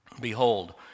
Behold